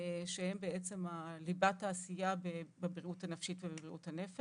שהם בעצם ליבת העשייה בבריאות הנפשית ובבריאות הנפש.